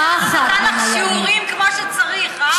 הפחד מהיליד, בשארה נתן לך שיעורים כמו שצריך, הא?